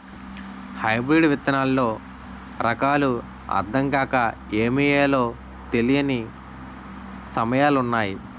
hybrid విత్తనాల్లో రకాలు అద్దం కాక ఏమి ఎయ్యాలో తెలీని సమయాలున్నాయి